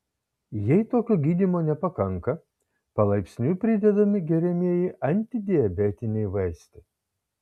jei tokio gydymo nepakanka palaipsniui pridedami geriamieji antidiabetiniai vaistai